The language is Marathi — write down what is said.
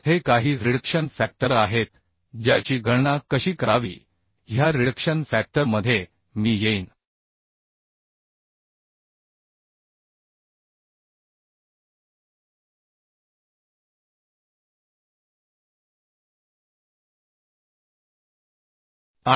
lj हे काही रिडक्शन फॅक्टर आहेत ज्याची गणना कशी करावी ह्या रिडक्शन फॅक्टरमध्ये मी येईन